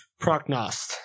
Prognost